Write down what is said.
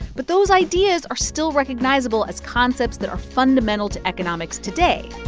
but those ideas are still recognizable as concepts that are fundamental to economics today